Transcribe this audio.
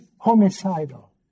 homicidal